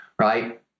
Right